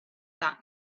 that